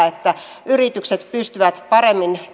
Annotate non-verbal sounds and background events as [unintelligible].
[unintelligible] että yritykset pystyvät paremmin